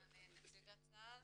נציגת צה"ל